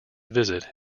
visit